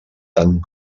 tant